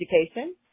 education